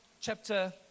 chapter